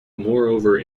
moreover